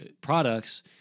products